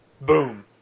Boom